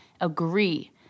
agree